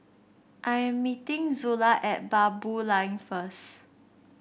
I am meeting Zula at Baboo Lane first